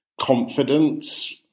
confidence